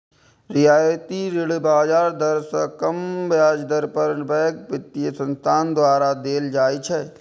रियायती ऋण बाजार दर सं कम ब्याज दर पर पैघ वित्तीय संस्थान द्वारा देल जाइ छै